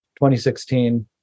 2016